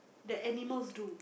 that animals do